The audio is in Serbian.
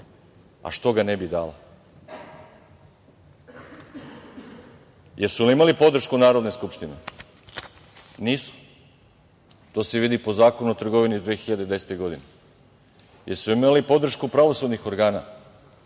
A, što ga ne bi dala? Jesu li imali podršku Narodne skupštine? Nisu, to se vidi po Zakonu o trgovini iz 2010. godine. Jesu li imali podršku pravosudnih organa?